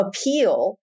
appeal